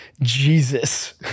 jesus